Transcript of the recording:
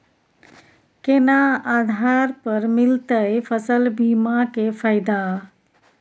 केना आधार पर मिलतै फसल बीमा के फैदा?